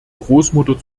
großmutter